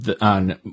on